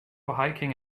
hiking